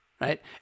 right